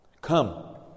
Come